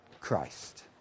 Christ